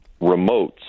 remotes